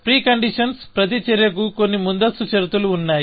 pre conditions ప్రతి చర్యకు కొన్ని ముందస్తు షరతులు ఉన్నాయి